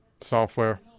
software